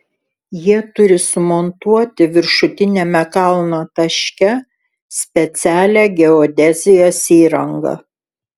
jie turi sumontuoti viršutiniame kalno taške specialią geodezijos įrangą